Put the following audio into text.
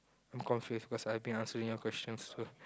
I'm confused because I have been answering your questions too